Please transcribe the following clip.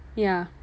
ya